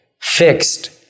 fixed